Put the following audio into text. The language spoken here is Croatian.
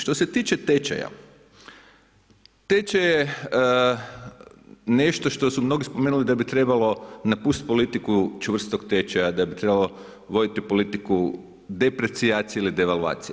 Što se tiče tečaja, tečaj je nešto što su mnogi spomenuli da bi trebalo napustiti politiku čvrstog tečaja, da bi trebalo voditi politiku deprecijacije ili devalvacije.